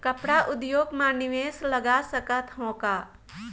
कपड़ा उद्योग म निवेश लगा सकत हो का?